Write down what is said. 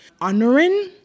honoring